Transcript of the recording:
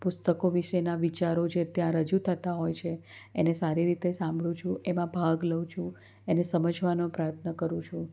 પુસ્તકો વિશેના વિચારો જે ત્યાં રજૂ થતાં હોય છે એને સારી રીતે સાંભળું છું એમાં ભાગ લઉં છું એને સમજવાનો પ્રયત્ન કરું છું